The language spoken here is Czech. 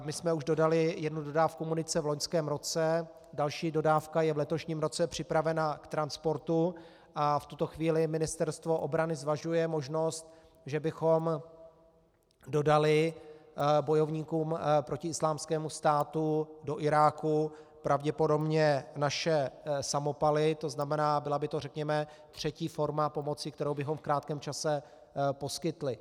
My jsme už dodali jednu dodávku munice v loňském roce, další dodávka je v letošním roce připravena k transportu a v tuto chvíli Ministerstvo obrany zvažuje možnost, že bychom dodali bojovníkům proti Islámskému státu do Iráku pravděpodobně naše samopaly, tzn. byla by to řekněme třetí forma pomoci, kterou bychom v krátkém čase poskytli.